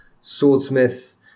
swordsmith